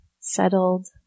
settled